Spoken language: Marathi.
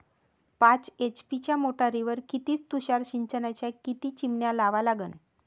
पाच एच.पी च्या मोटारीवर किती तुषार सिंचनाच्या किती चिमन्या लावा लागन?